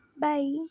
bye